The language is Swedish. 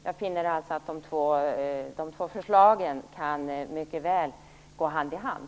Jag finner alltså att de två förslagen mycket väl kan gå hand i hand.